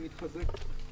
היא מתחזקת.